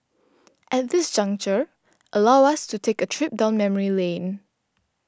at this juncture allow us to take a trip down memory lane